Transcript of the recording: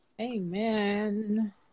Amen